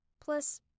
Plus